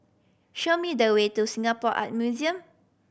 show me the way to Singapore Art Museum